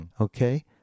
Okay